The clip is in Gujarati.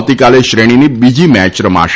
આવતીકાલે શ્રેણીની બીજી મેચ રમાશે